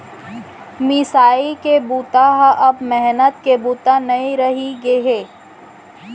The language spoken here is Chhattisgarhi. मिसाई के बूता ह अब मेहनत के बूता नइ रहि गे हे